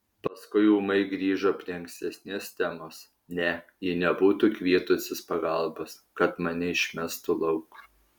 paskui ūmai grįžo prie ankstesnės temos ne ji nebūtų kvietusis pagalbos kad mane išmestų lauk